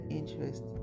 interest